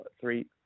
three